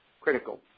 critical